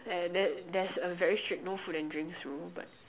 and there there's a very strict no food and drinks rule but